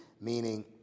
Meaning